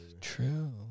true